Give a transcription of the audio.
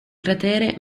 cratere